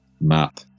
map